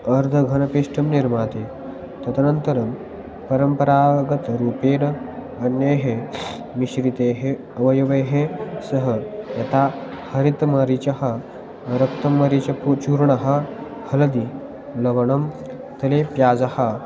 अर्धघनपिष्टं निर्माति तदनन्तरं परम्परागतरूपेण अन्येः मिश्रितेः अवयवेः सः यथा हरितमरिचिका रक्तं मरिचिकाचूर्णं हलदि लवणं तलेप्याज़ः